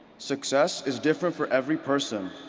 success is different for every person.